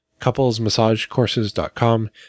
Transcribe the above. couplesmassagecourses.com